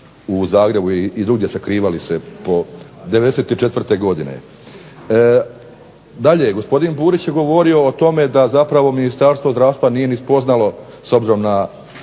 u Zagrebu i drugdje sakrivali se po '94. godine. Dalje, gospodin Burić je govorio o tome da zapravo Ministarstvo zdravstva nije ni spoznalo s obzirom na